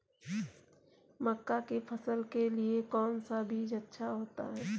मक्का की फसल के लिए कौन सा बीज अच्छा होता है?